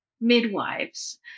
midwives